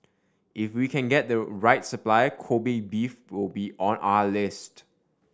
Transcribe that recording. if we can get the right supplier Kobe beef will be on our list